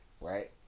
right